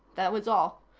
that was all.